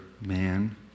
man